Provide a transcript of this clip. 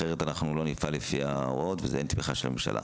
אחרת אנחנו לא נפעל לפי ההוראות וזה --- של הממשלה.